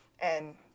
And-